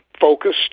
focused